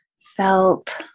felt